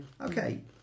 okay